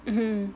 mmhmm